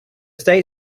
state